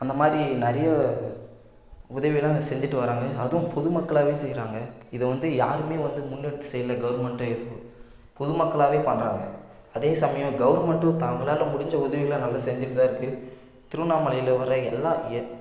அந்த மாதிரி நிறைய உதவியெல்லாம் செஞ்சுட்டு வராங்க அதும் பொது மக்களாகவே செய்யறாங்க இதை வந்து யாரும் வந்து முன்னெடுத்து செய்யலை கவர்மெண்ட்டோ எதுவும் பொது மக்களாகவே பண்ணுறாங்க அதே சமயம் கவர்மெண்ட்டும் தாங்களால் முடிஞ்ச உதவிகளெலாம் நல்லா செஞ்சுட்டு தான் இருக்குது திருவண்ணாமலையில் வர எல்லாம் எ